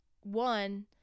one